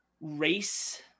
race